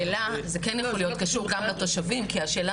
זה כן יכול להיות קשור גם לתושבים כי השאלה